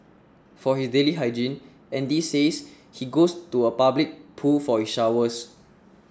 for his daily hygiene Andy says he goes to a public pool for his showers